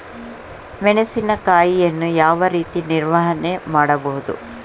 ಮೆಣಸಿನಕಾಯಿಯನ್ನು ಯಾವ ರೀತಿ ನಿರ್ವಹಣೆ ಮಾಡಬಹುದು?